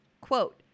Quote